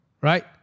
Right